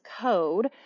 code